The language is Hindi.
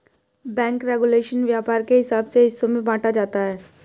बैंक रेगुलेशन व्यापार के हिसाब से हिस्सों में बांटा जाता है